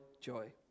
joy